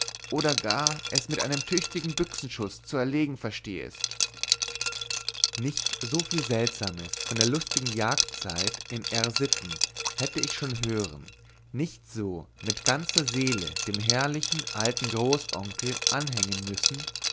oder gar es mit einem tüchtigen büchsenschuß zu erlegen verstehest nicht so viel seltsames von der lustigen jagdzeit in r sitten hätte ich schon hören nicht so mit ganzer seele dem herrlichen alten großonkel anhängen müssen